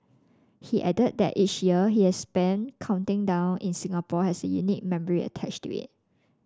he added that each year he has spent counting down in Singapore has a unique memory attached to it